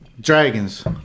dragons